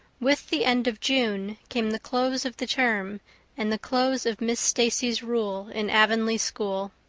with the end of june came the close of the term and the close of miss stacy's rule in avonlea school.